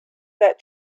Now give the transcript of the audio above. that